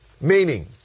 Meaning